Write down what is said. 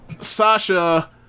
Sasha